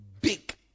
big